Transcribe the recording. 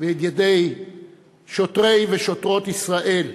ואת ידי שוטרי ושוטרות ישראל,